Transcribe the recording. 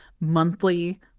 monthly